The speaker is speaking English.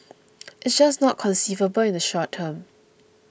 it is just not conceivable in the short term